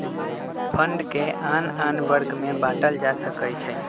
fund के आन आन वर्ग में बाटल जा सकइ छै